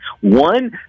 One